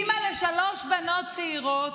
אימא לשלוש בנות צעירות,